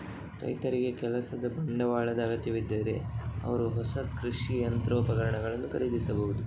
ರೈತರಿಗೆ ಕೆಲಸದ ಬಂಡವಾಳದ ಅಗತ್ಯವಿದ್ದರೆ ಅವರು ಹೊಸ ಕೃಷಿ ಯಂತ್ರೋಪಕರಣಗಳನ್ನು ಖರೀದಿಸಬಹುದು